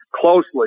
closely